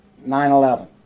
9-11